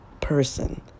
person